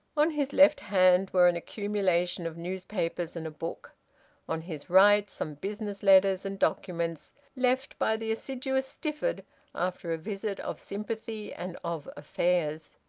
on his left hand were an accumulation of newspapers and a book on his right, some business letters and documents left by the assiduous stifford after a visit of sympathy and of affairs.